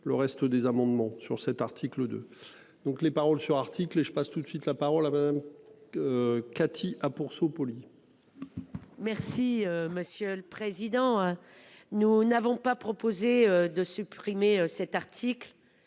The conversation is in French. le reste des amendements sur cet article de donc les paroles sur article et je passe tout de suite la parole à Madame. Cathy ah pour. Merci monsieur le président. Nous n'avons pas proposé de supprimer cet article